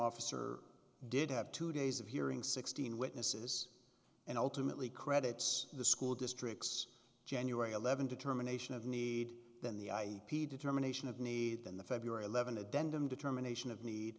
officer did have two days of hearing sixteen witnesses and ultimately credits the school district's january eleventh determination of need than the i p determination of need than the february eleventh to denton determination of need